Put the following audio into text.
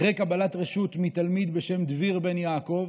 אחרי קבלת רשות מתלמיד בשם דביר בן יעקב,